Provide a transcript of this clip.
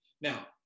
Now